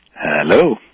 Hello